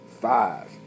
five